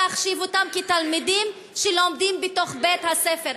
להחשיב אותם לתלמידים שלומדים בתוך בית-הספר.